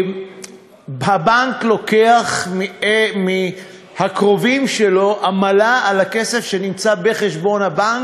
הבנק לוקח מהקרובים שלו עמלה על הכסף שנמצא בחשבון הבנק,